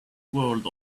world